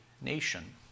nation